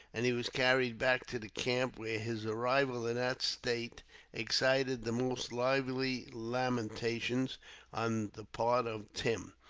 and he was carried back to the camp, where his arrival in that state excited the most lively lamentations on the part of tim.